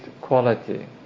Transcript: quality